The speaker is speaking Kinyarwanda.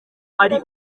ari